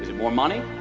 ah more money?